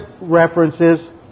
references